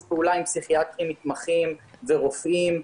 פעולה עם פסיכיאטרים מתמחים ורופאים,